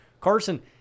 Carson